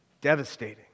devastating